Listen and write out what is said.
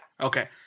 Okay